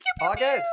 August